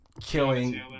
killing